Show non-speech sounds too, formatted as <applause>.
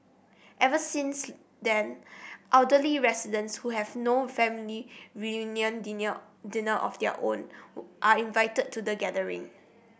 every since then elderly residents who have no family reunion <unintelligible> dinner of their own <unintelligible> are invited to the gathering